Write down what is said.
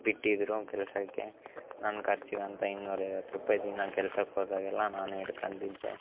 ಬಿಟ್ಟಿದ್ದರು ಕೆಲಸಕ್ಕೆ ನನ್ನ ಖರ್ಚಿಗಂತ ಇನ್ನೂರೈವತ್ತು ರೂಪಾಯಿ ದಿನಾ ಕೆಲ್ಸಕ್ಕೆ ಹೋದಾಗೆಲ್ಲ ನಾನೇ ಇಟ್ಕಂತಿದ್ದೆ